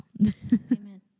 amen